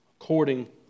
According